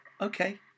okay